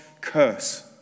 curse